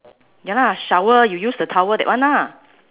ya lah shower you use the towel that one ah